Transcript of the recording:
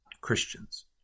Christians